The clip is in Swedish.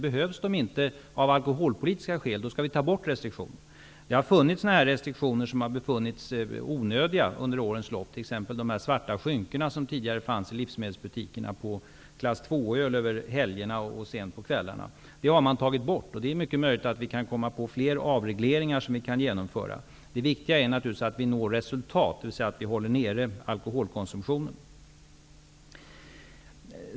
Om de inte behövs av alkoholpolitiska skäl skall de tas bort. Det har funnits restriktioner under årens lopp som har visat sig vara onödiga. Det gäller t.ex. de svarta skynkena som tidigare fanns i livsmedelsbutiker och som skulle hängas över öl av klass II under helgerna och kvällarna. Sådana restriktioner har tagits bort. Det är möjligt att det går att genomföra fler avregleringar. Det viktiga är naturligtvis att nå resultat, dvs. att hålla alkoholkonsumtionen nere.